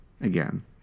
again